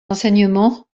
enseignements